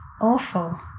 awful